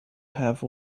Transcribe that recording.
have